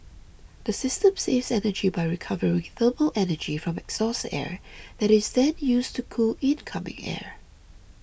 the system saves energy by recovering thermal energy from exhaust air that is then used to cool incoming air